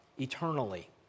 eternally